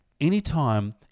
Anytime